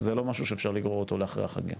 זה לא משהו שאפשר לגרור אותו לאחרי החגים.